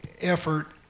effort